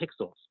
pixels